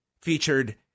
featured